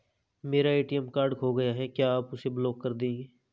मेरा ATM card खो गया है क्या आप उसे ब्लॉक कर देंगे?